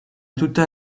tuta